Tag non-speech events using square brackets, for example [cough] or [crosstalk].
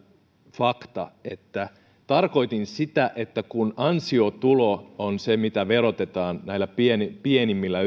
fakta että tarkoitin sitä että kun ansiotulo on se mitä verotetaan näillä pienimmillä [unintelligible]